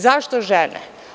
Zašto žene?